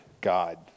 God